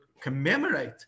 commemorate